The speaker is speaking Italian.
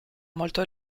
molto